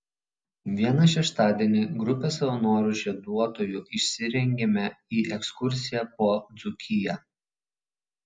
vieną šeštadienį grupė savanorių žieduotojų išsirengėme į ekskursiją po dzūkiją